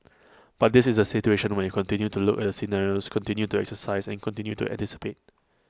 but this is A situation when you continue to look at the scenarios continue to exercise and continue to anticipate